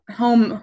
home